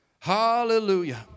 Hallelujah